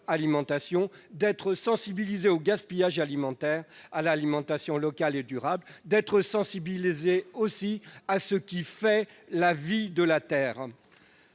d'être sensibilisés au gaspillage alimentaire et à l'alimentation locale et durable, ainsi qu'à ce qui fait la vie de la Terre.